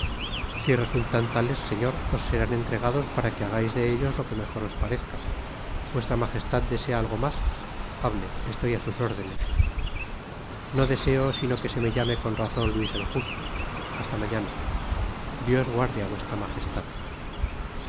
si resultan tales señor os serán entregados para que hagais de ellos lo que mejor os parezca vuestra magestad desea algo mas hable estoy á sus órdenes no deseo sino que se me llame con razon luis el justo hasta mañana dios guarde á vuestra magestad